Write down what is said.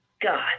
God